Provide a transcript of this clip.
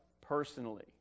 personally